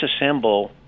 disassemble